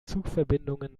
zugverbindungen